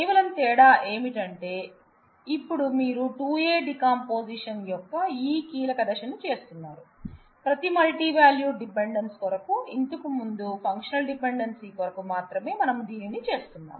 కేవలం తేడా ఏమిటంటే ఇప్పుడు మీరు 2A డీకంపోజిషన్ యొక్క ఈ కీలక దశను చేస్తున్నారు ప్రతి మల్టీవాల్యూడ్ డిపెండెన్స్ కొరకు ఇంతకు ముందు ఫంక్షనల్ డిపెండెన్సీ కొరకు మాత్రమే మనం దీనిని చేస్తున్నాం